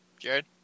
Jared